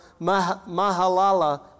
Mahalala